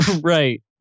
Right